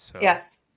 Yes